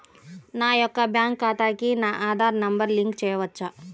నా యొక్క బ్యాంక్ ఖాతాకి నా ఆధార్ నంబర్ లింక్ చేయవచ్చా?